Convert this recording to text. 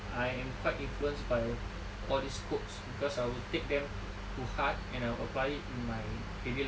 I am quite influenced by all these quotes cause I will take them to heart and I apply it in my daily life